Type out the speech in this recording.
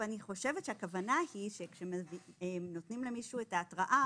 ואני חושבת שהכוונה היא שכאשר נותנים למישהו את ההתראה,